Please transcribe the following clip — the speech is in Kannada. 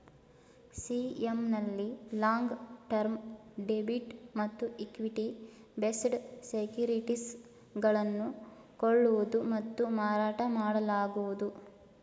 ಸಿ.ಎಂ ನಲ್ಲಿ ಲಾಂಗ್ ಟರ್ಮ್ ಡೆಬಿಟ್ ಮತ್ತು ಇಕ್ವಿಟಿ ಬೇಸ್ಡ್ ಸೆಕ್ಯೂರಿಟೀಸ್ ಗಳನ್ನು ಕೊಳ್ಳುವುದು ಮತ್ತು ಮಾರಾಟ ಮಾಡಲಾಗುವುದು